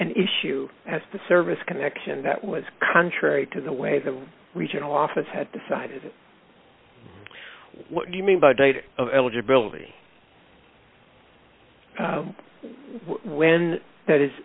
and issue as the service connection that was contrary to the way the regional office had decided what you mean by date of eligibility when that is